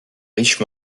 riche